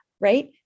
right